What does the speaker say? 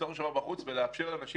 שלי ואלך לאלף